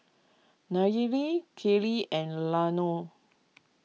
Nayeli Kellee and Launa